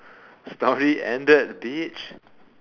story ended bitch